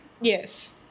Yes